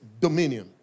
dominion